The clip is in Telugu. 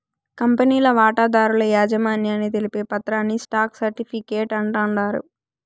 కంపెనీల వాటాదారుల యాజమాన్యాన్ని తెలిపే పత్రాని స్టాక్ సర్టిఫీకేట్ అంటాండారు